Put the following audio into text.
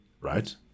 right